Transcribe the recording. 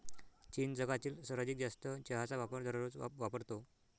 चीन जगातील सर्वाधिक जास्त चहाचा वापर दररोज वापरतो